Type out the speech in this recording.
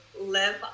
live